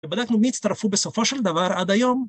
ובדקנו מי הצטרפו בסופו של דבר עד היום.